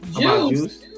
Juice